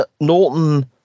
Norton